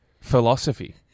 philosophy